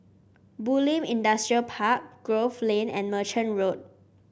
Bulim Industrial Park Grove Lane and Merchant Road